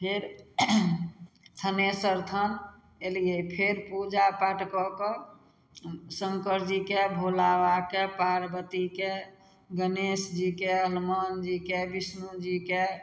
फेर थनेसर स्थान अयलियै फेर पूजा पाठ कऽ कऽ शङ्कर जीके भोला बाबाके पार्वतीके गणेश जीके हनुमान जीके विष्णु जीके